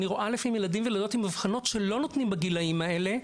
אני רואה לפעמים ילדים וילדות שלא נותנים בגילאים הזה,